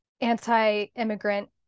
anti-immigrant